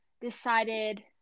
decided